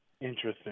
Interesting